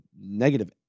negative